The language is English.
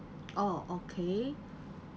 oh okay